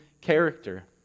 character